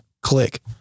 Click